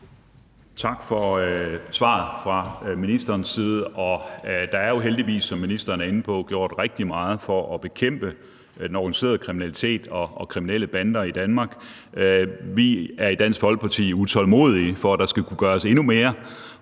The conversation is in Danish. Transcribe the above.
Tak for svaret fra ministerens side. Og der er jo heldigvis, som ministeren er inde på, gjort rigtig meget for at bekæmpe organiseret kriminalitet og kriminelle bander i Danmark. Vi er i Dansk Folkeparti utålmodige, for at der skal kunne gøres endnu mere,